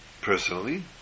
personally